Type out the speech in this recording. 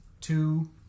two